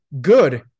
good